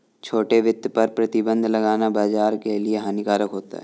छोटे वित्त पर प्रतिबन्ध लगाना बाज़ार के लिए हानिकारक होता है